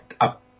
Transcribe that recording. up